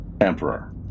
emperor